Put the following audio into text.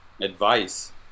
advice